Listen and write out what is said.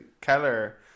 Keller